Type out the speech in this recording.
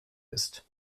ist